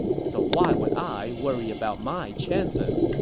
so why would i worry about my chances?